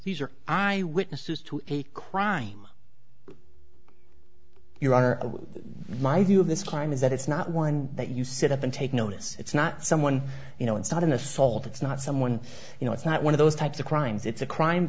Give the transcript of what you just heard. are i witness to a crime your honor my view of this crime is that it's not one that you sit up and take notice it's not someone you know it's not an assault it's not someone you know it's not one of those types of crimes it's a crime